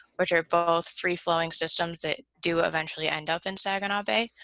which are both free-flowing systems that do eventually end up in saginaw bay.